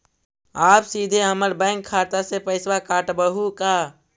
आप सीधे हमर बैंक खाता से पैसवा काटवहु का?